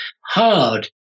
hard